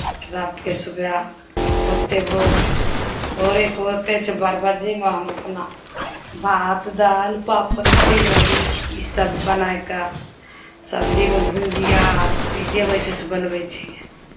रातिकेँ सुबह होतै भोरेकेँ ओतहिसँ बारह बजेमे हम अपना भात दालि पापड़ तिलौरी ईसभ बनाए कऽ सब्जीमे भुजिया रोटी जे होइ छै से बनबै छियै